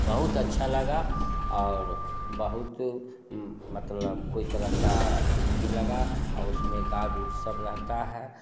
बहुत अच्छा लगा और बहुत मतलब कोई तरह का अथी नहीं लगा उसमें गार्ड उड सब रहता है